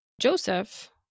Joseph